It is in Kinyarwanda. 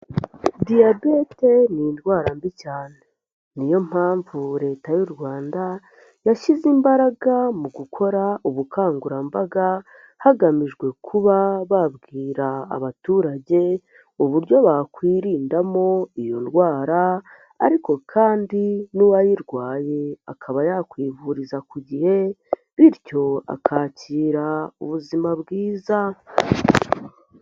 Diyabete ni indwara mbi cyane, niyo mpamvu leta y'u rwanda yashyize imbaraga mu gukora ubukangurambaga, hagamijwe kuba babwira abaturage uburyo bakwirindamo iyo ndwara, ariko kandi n'uwayirwaye akaba yakwivuriza ku gihe, bityo akakira ubuzima bwiza.